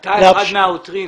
אתה אחד מהעותרים.